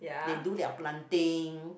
they do their planting